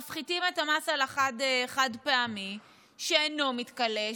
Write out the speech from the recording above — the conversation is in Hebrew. מפחיתים את המס על החד-פעמי שאינו מתכלה,